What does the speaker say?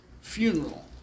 funeral